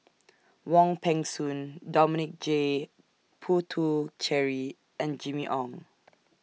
Wong Peng Soon Dominic J Puthucheary and Jimmy Ong